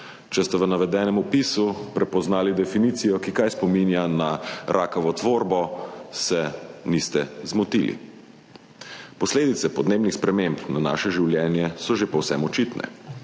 Če ste v navedenem opisu prepoznali definicijo, ki spominja na rakavo tvorbo, se niste zmotili. Posledice podnebnih sprememb na naše življenje so že povsem očitne.